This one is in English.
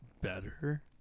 better